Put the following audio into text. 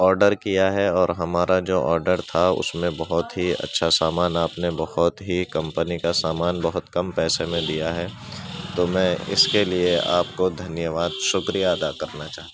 order کیا ہے اور ہمارا جو آرڈر تھا اس میں بہت ہی اچھا سامان آپ نے بہت ہی کپمنی کا سامان بہت کم پیسے میں دیا ہے تو میں اس کے لیے آپ کو دھنیہ واد شکریہ ادا کرنا چاہتا ہوں